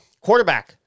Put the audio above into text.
Quarterback